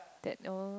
that oh